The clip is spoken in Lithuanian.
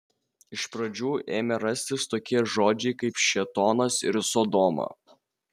iš pradžių ėmė rastis tokie žodžiai kaip šėtonas ir sodoma